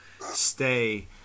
stay